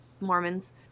mormons